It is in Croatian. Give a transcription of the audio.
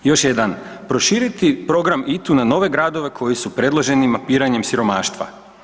Još jedan, proširiti program ITU na nove gradove koji su predloženi biranjem siromaštva.